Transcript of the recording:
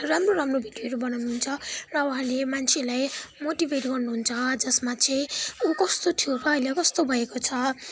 राम्रो राम्रो भिडियोहरू बनाउनुहुन्छ र उहाँले मान्छेलाई मोटिभेट गर्नुहुन्छ जसमा चाहिँ ऊ कस्तो थियो र अहिले कस्तो भएको छ